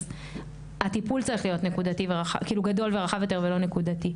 אז הטיפול צריך להיות גדול ורחב יותר ולא נקודתי.